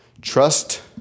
Trust